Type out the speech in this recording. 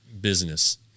business